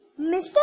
Mr